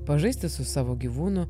pažaisti su savo gyvūnu